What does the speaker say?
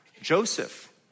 Joseph